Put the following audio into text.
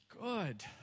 Good